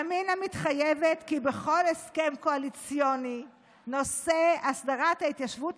ימינה מתחייבת כי בכל הסכם קואליציוני נושא הסדרת ההתיישבות